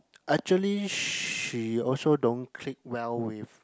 actually she also don't click well with